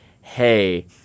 hey